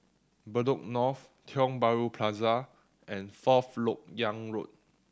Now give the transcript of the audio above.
Bedok North Tiong Bahru Plaza and Fourth Lok Yang Road